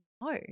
no